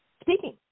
speaking